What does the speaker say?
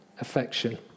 affection